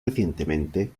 recientemente